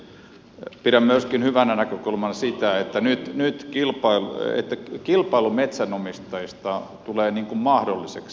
pidän myöskin hyvänä näkökulmana sitä että nyt kilpailu metsänomistajista tulee mahdolliseksi